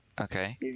okay